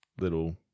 little